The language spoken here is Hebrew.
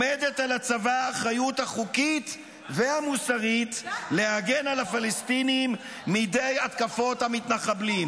על צבא האחריות החוקית והמוסרית להגן על הפלסטינים מידי התקפות המתנחבלים